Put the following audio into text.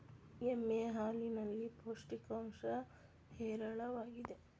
ಎಮ್ಮೆ ಹಾಲಿನಲ್ಲಿ ಪೌಷ್ಟಿಕಾಂಶ ಹೇರಳವಾಗಿದೆ